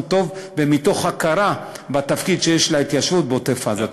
טוב ומתוך הכרה בתפקיד של ההתיישבות בעוטף-עזה.